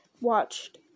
watched